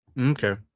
Okay